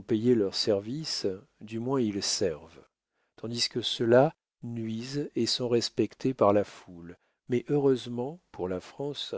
payer leurs services du moins ils servent tandis que ceux-là nuisent et sont respectés par la foule mais heureusement pour la france